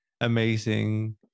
amazing